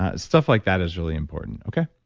ah stuff like that is really important, okay?